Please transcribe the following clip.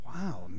Wow